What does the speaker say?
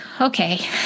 Okay